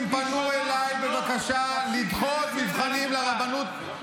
אתה מדבר שטויות.